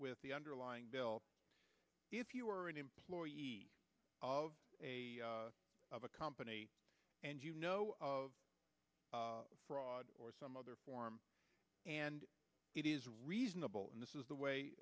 with the underlying bill if you are an employee of a of a company and you know fraud or some other form and it is reasonable and this is the way